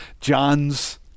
John's